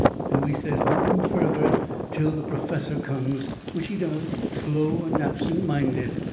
and we says nothing further till the perfessor comes, which he does, slow and absent-minded.